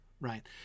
right